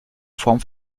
form